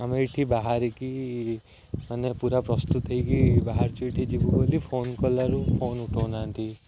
ଆମେ ଏଠି ବାହାରିକି ମାନେ ପୁରା ପ୍ରସ୍ତୁତ ହୋଇକି ବାହାରିଛୁ ଏଠି ଯିବୁ ବୋଲି ଫୋନ୍ କଲାରୁ ଫୋନ୍ ଉଠଉନାହାନ୍ତି